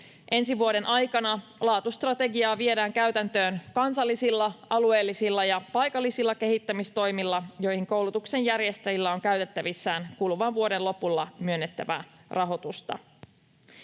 Ensi vuoden aikana laatustrategiaa viedään käytäntöön kansallisilla, alueellisilla ja paikallisilla kehittämistoimilla, joihin koulutuksen järjestäjillä on käytettävissään kuluvan vuoden lopulla myönnettävää rahoitusta.